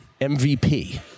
MVP